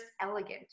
elegant